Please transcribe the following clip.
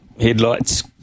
headlights